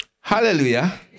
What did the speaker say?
Hallelujah